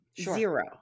Zero